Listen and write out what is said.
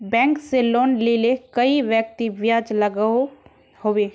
Bank से loan लिले कई व्यक्ति ब्याज लागोहो होबे?